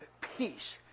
peace